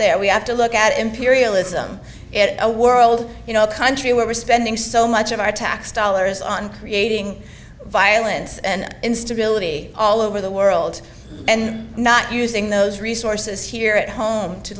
there we have to look at imperialism at a world you know a country where we're spending so much of our tax dollars on creating violence and instability all over the world and not using those resources here at home to